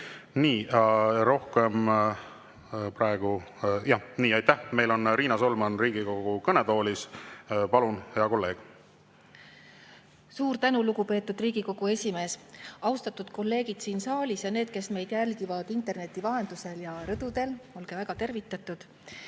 hea kolleeg! Aitäh! Nii, meil on Riina Solman Riigikogu kõnetoolis. Palun, hea kolleeg! Suur tänu, lugupeetud Riigikogu esimees! Austatud kolleegid siin saalis ja need, kes meid jälgivad interneti vahendusel ja rõdudel – olge väga tervitatud! Ma